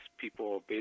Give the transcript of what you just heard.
people